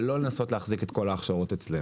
ולא לנסות להחזיק את כל ההכשרות אצלנו.